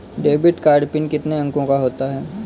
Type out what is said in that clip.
Debit card PIN कितने अंकों का होता है?